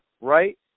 right